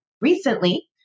recently